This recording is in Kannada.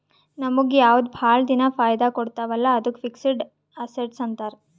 ನಮುಗ್ ಯಾವ್ದು ಭಾಳ ದಿನಾ ಫೈದಾ ಕೊಡ್ತಾವ ಅಲ್ಲಾ ಅದ್ದುಕ್ ಫಿಕ್ಸಡ್ ಅಸಸ್ಟ್ಸ್ ಅಂತಾರ್